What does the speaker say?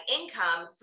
income